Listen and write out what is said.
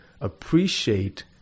appreciate